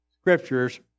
scriptures